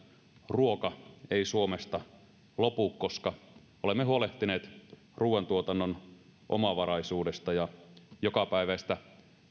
ruoka ei suomesta lopu koska olemme huolehtineet ruuantuotannon omavaraisuudesta ja jokapäiväistä